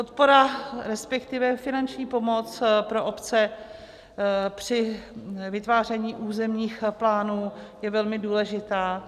Podpora, resp. finanční pomoc pro obce při vytváření územních plánů je velmi důležitá.